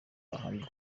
bahabwa